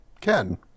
Ken